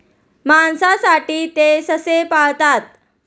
मांसासाठी ते ससे पाळतात